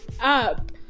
up